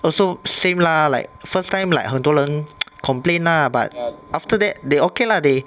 also same lah like first time like 很多人 complain lah but after that they okay lah they